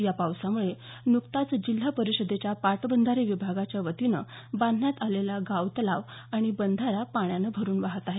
या पावसामुळे नुकताच जिल्हा परिषदेच्या पाटबंधारे विभागाच्या वतीनं बांधण्यात आलेला गाव तलाव तथा बंधारा पाण्यानं भरून वाहत आहे